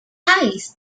ties